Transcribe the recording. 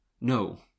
No